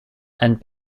and